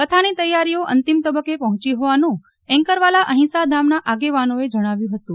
કથાની તૈયારીઓ અંતિમ તબક્કે પહોંચી હોવાનું એન્કરવાલા અહિંસાધામના આગેવાનોએ જણાવ્યું હતું